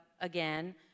again